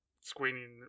screening